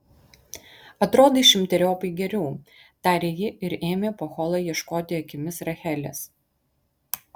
atrodai šimteriopai geriau tarė ji ir ėmė po holą ieškoti akimis rachelės